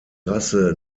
rasse